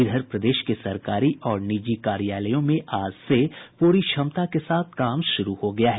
इधर प्रदेश के सरकारी और निजी कार्यालयों में आज से पूरी क्षमता के साथ काम शुरू हो गया है